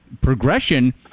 progression